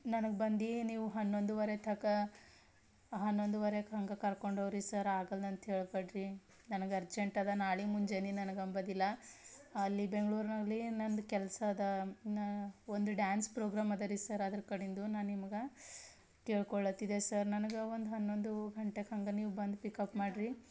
ನನಗೆ ಬಂದು ನೀವು ಹನ್ನೊಂದುವರೆ ತಕ್ಕ ಹನ್ನೊಂದುವರೆಗೆ ಹಂಗೆ ಕರ್ಕೊಂಡೋಗ್ರೀ ಸರ್ ಆಗಲ್ಲ ಅಂತ ಹೇಳಬೇಡ್ರಿ ನನಗೆ ಅರ್ಜೆಂಟ್ ಅದ ನಾಳೆ ಮುಂಜಾನೆ ನನಗಂಬದಿಲ್ಲ ಅಲ್ಲಿ ಬೆಂಗಳೂರ್ನಲ್ಲಿ ನನ್ನದು ಕೆಲಸ ಅದ ನಾನು ಒಂದು ಡ್ಯಾನ್ಸ್ ಪ್ರೋಗ್ರಾಂ ಅದರೀ ಸರ್ ಅದರ ಕಡೆಂದು ನಾನು ನಿಮ್ಗೆ ಕೇಳ್ಕೊಳತ್ತಿದೆ ಸರ್ ನನ್ಗೆ ಒಂದು ಹನ್ನೊಂದು ಗಂಟೆಗೆ ಹಂಗೆ ನೀವು ಬಂದು ಪಿಕಪ್ ಮಾಡಿರಿ